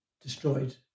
destroyed